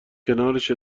کنارش